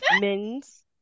men's